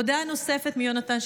הודעה נוספת מיונתן,